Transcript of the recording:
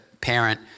parent